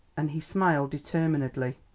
and he smiled determinedly.